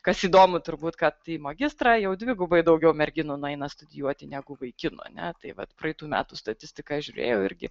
kas įdomu turbūt kad į magistrą jau dvigubai daugiau merginų nueina studijuoti negu vaikinų a ne tai vat praeitų metų statistiką žiūrėjau irgi